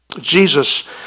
Jesus